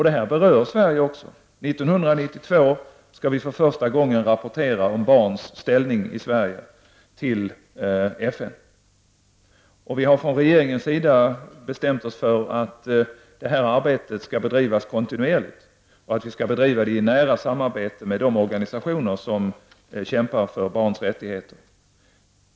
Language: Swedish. Det berör 1992 skall vi för första gången rapportera om barns ställning i Sverige till FN. Från regeringens sida har vi bestämt oss för att detta arbete skall bedrivas kontinuerligt och i nära samarbete med de organisationer som kämpar för barns rättigheter.